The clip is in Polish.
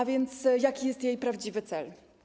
A więc jaki jest jej prawdziwy cel?